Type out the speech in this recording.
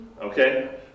okay